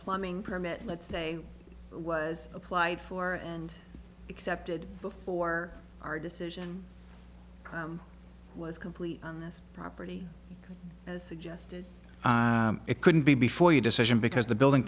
plumbing permit let's say was applied for and accepted before our decision was complete on this property as suggested it couldn't be before you decision because the building